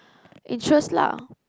interest lah